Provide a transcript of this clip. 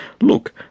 Look